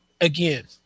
again